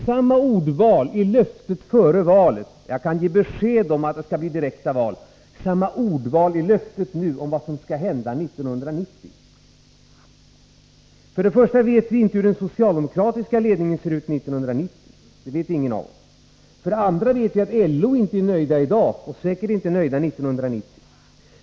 Samma ordval som förekom i Olof Palmes löfte före valet — Jag kan ge besked om att det skall bli direkta val — förekom i löftet nu om vad som skall hända 1990. För det första vet vi inte hur den socialdemokratiska ledningen ser ut 1990 — det vet ju ingen av oss. För det andra vet vi att LO inte är nöjt i dag och säkert inte heller nöjt 1990.